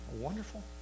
Wonderful